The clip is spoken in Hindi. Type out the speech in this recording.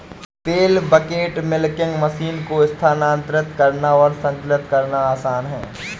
पेल बकेट मिल्किंग मशीन को स्थानांतरित करना और संचालित करना आसान है